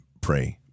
pray